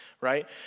Right